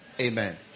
Amen